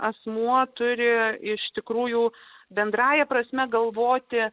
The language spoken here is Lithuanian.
asmuo turi iš tikrųjų bendrąja prasme galvoti